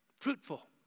Fruitful